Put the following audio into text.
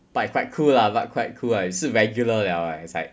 but quite cool lah but quite cool ah 是 regular liao eh it's like